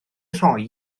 rhoi